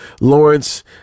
Lawrence